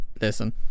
listen